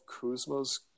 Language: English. Kuzma's